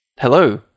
Hello